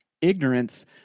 ignorance